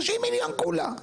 30 מיליון כולה.